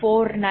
4830